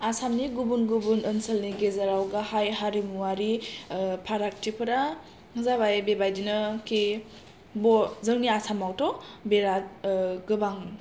आसामनि गुबुन गुबुन ओनसोलनि गेजेराव गाहाय हारिमुवारि फारागथिफोरा जाबाय बेबायदिनो खि जोंनि आसामावथ' बेरात गोबां